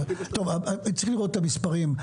צריך לראות את המספרים.